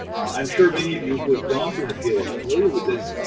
i'm sure many of you who have gone through an appeal are familiar with this,